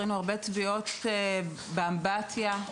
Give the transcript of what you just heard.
באמבטיה,